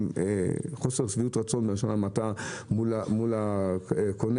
חוסר שביעות רצון בלשון המעטה כלפי הקונה.